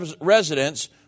residents